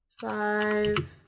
five